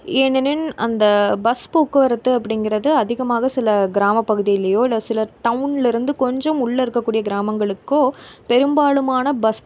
ஏனெனில் அந்த பஸ் போக்குவரத்து அப்படிங்கிறது அதிகமாக சில கிராம பகுதியிலேயோ இல்லை சில டவுன்லேருந்து கொஞ்சம் உள்ளே இருக்கக்கூடிய கிராமங்களுக்கோ பெரும்பாலுமான பஸ்